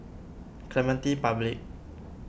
Clementi Public